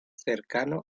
cercano